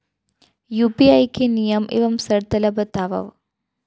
UPI के नियम एवं शर्त ला बतावव